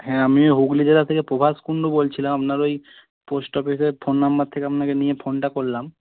হ্যাঁ আমি হুগলি জেলা থেকে প্রভাস কুণ্ডু বলছিলাম আপনার ঐ পোস্ট অফিসের ফোন নম্বর থেকে আপনাকে নিয়ে ফোনটা করলাম